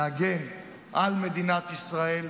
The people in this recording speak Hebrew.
להגן על מדינת ישראל.